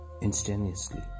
instantaneously